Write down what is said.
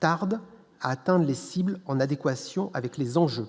tarde atteint les cibles en adéquation avec les enjeux,